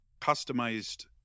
customized